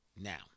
Now